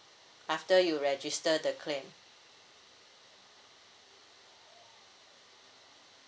after you register the claim